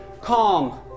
calm